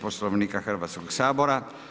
Poslovnika Hrvatskog sabora.